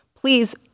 please